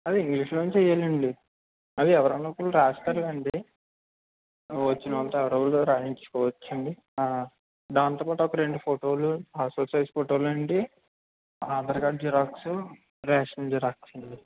అది ఇంగ్లీషులోనే చేయాలండి అది ఎవరైనా ఒకరు రాస్తారులెండి వచ్చినోళ్లతో ఎవరో ఒకరితో రాయించుకొచ్చు దానితో పాటు ఒక రెండు ఫోటోలు పాసు పోర్టు సైజు ఫోటోలండీ Aadhaar card xerox ration xerox